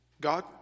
God